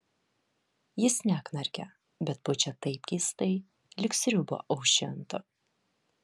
jis neknarkia bet pučia taip keistai lyg sriubą aušintų